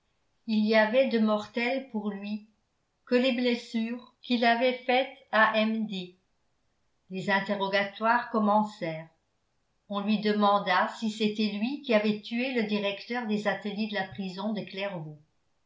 il n'y avait de mortelles pour lui que les blessures qu'il avait faites à m d les interrogatoires commencèrent on lui demanda si c'était lui qui avait tué le directeur des ateliers de la prison de clairvaux